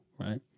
right